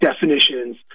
definitions